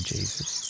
Jesus